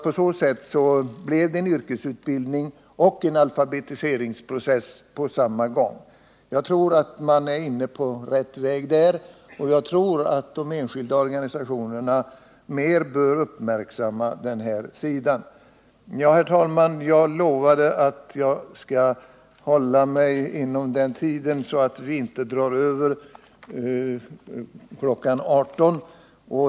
På så sätt blev det en yrkesutbildning och en alfabetiseringsprosess på samma gång. Jag tror att det är rätt väg, och jag tror att de enskilda organisationerna mer bör uppmärksamma den här sidan. Herr talman! Jag lovade att hålla mig till den angivna taletiden, så att inte klockan blir över 18.00.